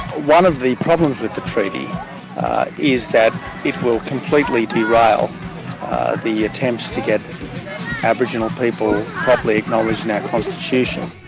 one of the problems with the treaty is that it will completely derail the attempts to get aboriginal people properly acknowledged in our constitution.